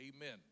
Amen